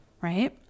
right